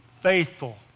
Faithful